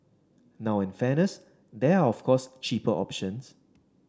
now in fairness there are of course cheaper options